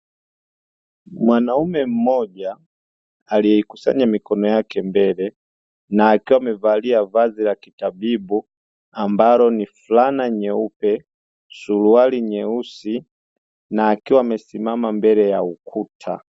Mwanaume mmoja aliyeikusanya mikono yake mbele, na akiwa amevalia vazi la kitabibu, ambalo ni fulana nyeupe, suruali nyeusi na akiwa amesimama mbele ya ukuta.